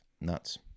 Nuts